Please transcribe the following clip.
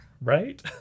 right